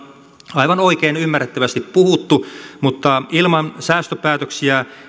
aivan oikein ymmärrettävästi puhuttu mutta ilman säästöpäätöksiä